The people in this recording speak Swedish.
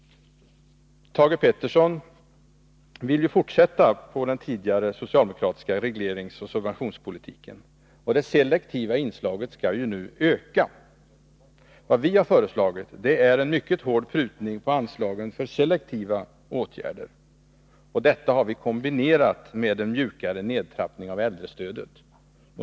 Thage Peterson vill fortsätta på den tidigare socialdemokratiska regleringsoch subventionspolitiken. Det selektiva inslaget skall ju nu öka. Vad vi föreslagit är en mycket hård prutning på anslagen för selektiva åtgärder. Detta har vi kombinerat med en mjukare nedtrappning av äldrestödet.